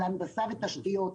על הנדסה ותשתיות,